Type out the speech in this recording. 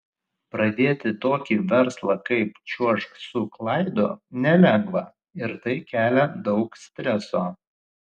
pradėti tokį verslą kaip čiuožk su klaidu nelengva ir tai kelia daug streso